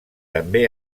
també